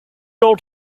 old